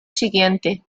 siguiente